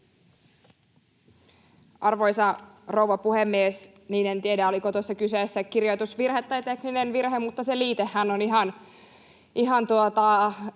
Arvoisa rouva puhemies! Niin, en tiedä, oliko tuossa kyseessä kirjoitusvirhe tai tekninen virhe, [Juho Eerola: